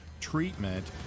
Treatment